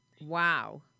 Wow